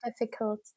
difficult